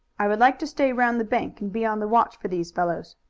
i would like to stay round the bank and be on the watch for these fellows.